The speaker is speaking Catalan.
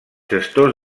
gestors